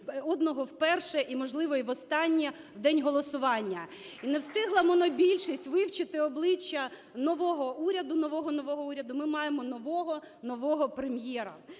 одного вперше і, можливо, востаннє у день голосування. І не встигла монобільшість вивчити обличчя нового уряду, нового-нового уряду, ми маємо нового-нового прем'єра.